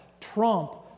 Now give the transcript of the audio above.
trump